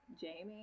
Jamie